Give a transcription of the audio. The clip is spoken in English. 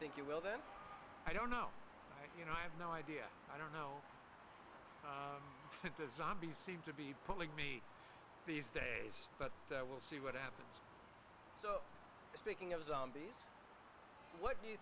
think you will then i don't know you know i have no idea i don't know design be seem to be pulling me these days but we'll see what happens so speaking of zombies what